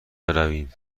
برویم